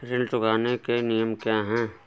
ऋण चुकाने के नियम क्या हैं?